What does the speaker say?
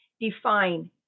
define